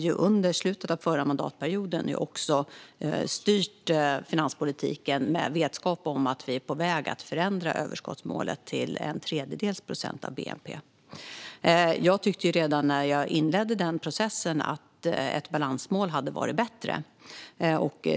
Under slutet av förra mandatperioden styrde vi finanspolitiken med vetskap om att vi är på väg att förändra överskottsmålet till en tredjedels procent av bnp. Jag tyckte redan när jag inledde den processen att ett balansmål hade varit bättre.